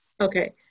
Okay